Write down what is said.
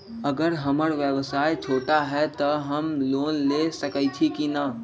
अगर हमर व्यवसाय छोटा है त हम लोन ले सकईछी की न?